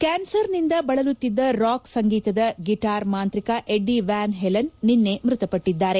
ಕ್ಕಾನ್ಸರ್ನಿಂದ ಬಳಲುತ್ತಿದ್ದ ರಾಕ್ ಸಂಗೀತದ ಗಿಟಾರ್ ಮಾಂತ್ರಿಕ ಎಡ್ಡೀ ವ್ಯಾನ್ ಹೇಲನ್ ನಿನ್ನೆ ಮೃತಪಟ್ಟದ್ದಾರೆ